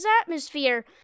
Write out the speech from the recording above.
atmosphere